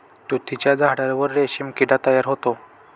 तुतीच्या झाडावर रेशीम किडा तयार होतो